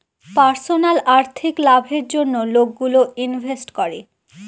personal আর্থিক লাভের জন্য লোকগুলো ইনভেস্ট করে